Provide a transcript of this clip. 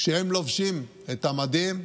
כשהם לובשים את המדים,